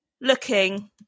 looking